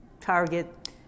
Target